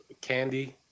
Candy